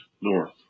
North